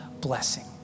blessing